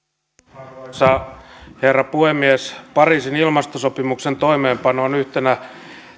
arvoisa herra puhemies pariisin ilmastosopimuksen toimeenpano on yhtenä